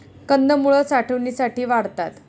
कंदमुळं साठवणीसाठी वाढतात